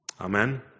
Amen